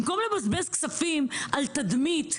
במקום לבזבז כספים על תדמית,